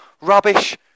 rubbish